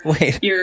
Wait